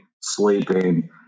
sleeping